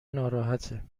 ناراحته